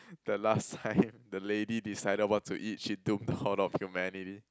the last time the lady decided what to eat she took down all of humanity